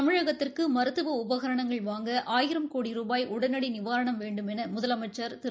தமிழகத்திற்கு மருத்துவ உபகரணங்கள் வாங்க ஆயிரம் கோடி ரூபாய் உடனடி நிவாரணம் வேண்டுமென முதலமைச்சர் திரு